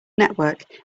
network